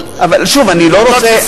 אני לא רוצה,